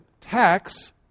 tax